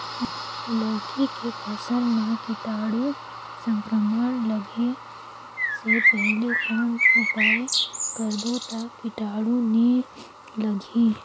लौकी के फसल मां कीटाणु संक्रमण लगे से पहले कौन उपाय करबो ता कीटाणु नी लगही?